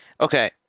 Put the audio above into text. Okay